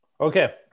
Okay